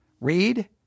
Read